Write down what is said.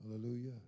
Hallelujah